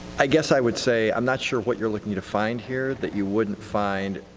i guess i would say i'm not sure what you're looking to find here that you wouldn't find,